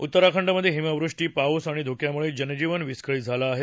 उत्तराखंडमध्ये हिमवृष्टी पाऊस आणि धुक्यामुळे जनजीवन विस्कळीत झालं आहे